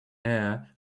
air